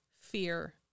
fear